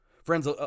Friends